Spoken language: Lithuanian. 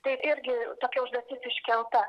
tai irgi tokia užduotis iškelta